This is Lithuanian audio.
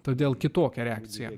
todėl kitokia reakcija